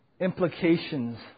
implications